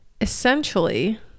essentially